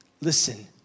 listen